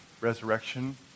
resurrection